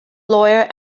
lawyer